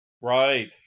Right